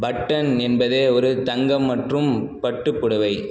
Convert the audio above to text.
button என்பது ஒரு தங்கம் மற்றும் பட்டுப்புடவை